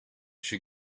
she